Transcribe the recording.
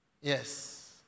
yes